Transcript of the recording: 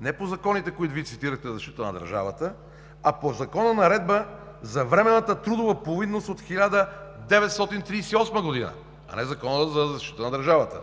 не по законите, които Вие цитирахте за защита на държавата, а по Наредбата-закон за временната трудова повинност от 1938 г., а не Законът за защита на държавата,